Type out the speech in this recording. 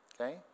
Okay